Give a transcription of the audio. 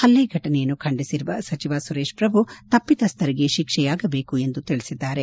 ಹಲ್ಲೆ ಫಟನೆಯನ್ನು ಖಂಡಿಸಿರುವ ಸಚಿವ ಸುರೇಶ್ ಪ್ರಭು ತಪ್ಪಿತಸ್ಥರಿಗೆ ಶಿಕ್ಷೆಯಾಗಬೇಕು ಎಂದು ತಿಳಿಸಿದ್ದಾರೆ